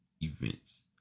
events